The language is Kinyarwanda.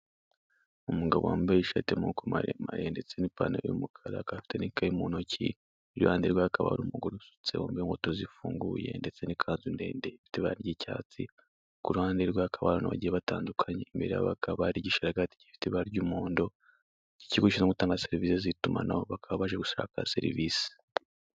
Umugabo wambaye ishati y'amaboko maremare ndetse n'ipantaro y'umukara, akaba afite n'ikayi mu ntoki. Iruhande rwe hakaba hari umugore usutse, wambaye inkweto zifunguye ndetse n'ikanzu ndende ifite ibara ry'icyatsi. Ku ruhande rwe hakaba hari abantu bagiye batandukanye. Imbere yabo hakaba hari igisharagato gifite ibara ry'umuhondo, cy'Ikigo gishinzwe gutanga serivisi z'itumanaho; bakaba baje gushaka serivisi.